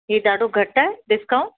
हे ॾाढो घटि आहे डिस्काउंट